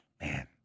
man